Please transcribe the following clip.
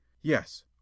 Yes